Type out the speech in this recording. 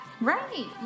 Right